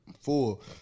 full